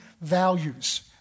values